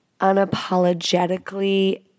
unapologetically